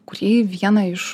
kuri viena iš